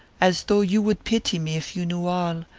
as though you would pity me if you knew all,